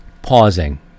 pausing